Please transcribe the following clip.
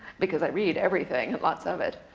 because i read everything and lots of it.